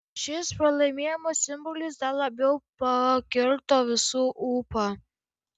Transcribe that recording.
šis pralaimėjimo simbolis dar labiau pakirto visų ūpą